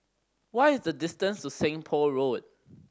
what is the distance to Seng Poh Road